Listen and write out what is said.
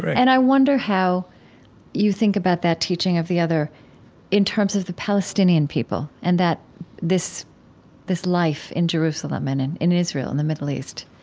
and i wonder how you think about that teaching of the other in terms of the palestinian people and that this this life in jerusalem and in israel in the middle east.